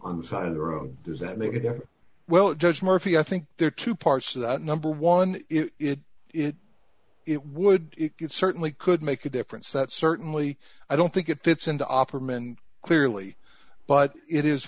on the side of the road does that mean you know well judge murphy i think there are two parts to that number one it it it would it certainly could make a difference that certainly i don't think it fits into opperman clearly but it is